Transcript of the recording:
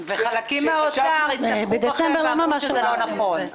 וחלקים מהאוצר --- ואמרו שזה לא נכון.